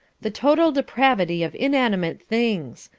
the total depravity of inanimate things.